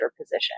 position